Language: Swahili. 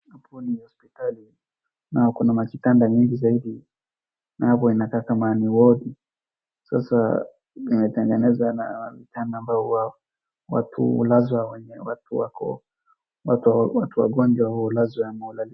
Hapo ni hospitali na kuna makitanda mengi zaidi na hapo inataka ni wodi sasa imetengeneza na vitanda ambaye huwa watu hulazwa wenye wako watu wagonjwa hulazwa ma hulalia.